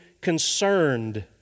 concerned